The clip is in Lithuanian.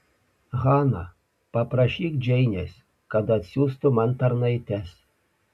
hana paprašyk džeinės kad atsiųstų man tarnaites